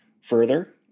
further